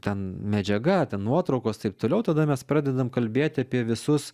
ten medžiaga nuotraukos taip toliau tada mes pradedam kalbėti apie visus